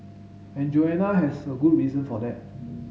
and Joanna has a good reason for that